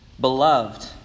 beloved